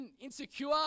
insecure